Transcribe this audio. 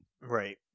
Right